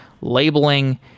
labeling